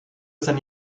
seine